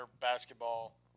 basketball